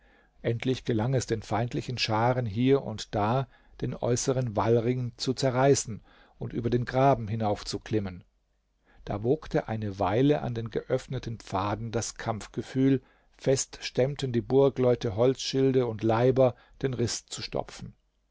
endlich gelang es den feindlichen scharen hier und da den äußeren wallring zu zerreißen und über den graben hinaufzuklimmen da wogte eine weile an den geöffneten pfaden das kampfgewühl fest stemmten die burgleute holzschilde und leiber den riß zu stopfen